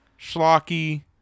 schlocky